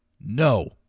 No